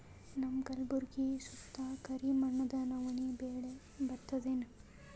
ನಮ್ಮ ಕಲ್ಬುರ್ಗಿ ಸುತ್ತ ಕರಿ ಮಣ್ಣದ ನವಣಿ ಬೇಳಿ ಬರ್ತದೇನು?